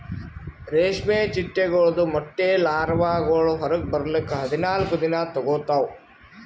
ರೇಷ್ಮೆ ಚಿಟ್ಟೆಗೊಳ್ದು ಮೊಟ್ಟೆ ಲಾರ್ವಾಗೊಳ್ ಹೊರಗ್ ಬರ್ಲುಕ್ ಹದಿನಾಲ್ಕು ದಿನ ತೋಗೋತಾವ್